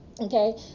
okay